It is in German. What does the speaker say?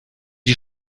die